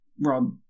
rob